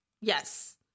Yes